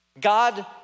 God